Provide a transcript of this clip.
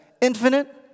infinite